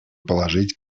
положить